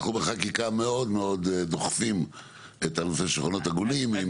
אנחנו בחקיקה מאוד מאוד דוחפים את הנושא של שולחנות עגולים.